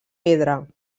pedra